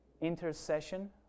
intercession